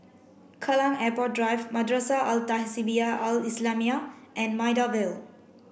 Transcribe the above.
Kallang Airport Drive Madrasah Al Tahzibiah Al islamiah and Maida Vale